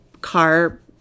car